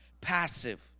passive